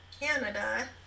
Canada